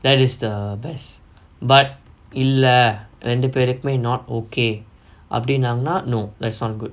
that is the best but இல்ல ரெண்டு பேருக்குமே:illa rendu perukumae not okay அப்புடிங்குனாங்கனா:appudingunaanganaa no that's not good